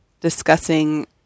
discussing